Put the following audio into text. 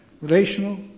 relational